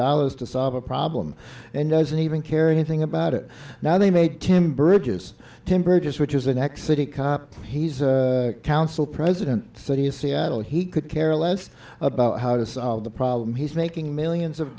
dollars to solve a problem and doesn't even care anything about it now they made him bridges temporary just which is the next city cop he's a council president city of seattle he could care less about how to solve the problem he's making millions of